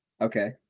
Okay